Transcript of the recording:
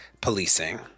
policing